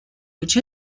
which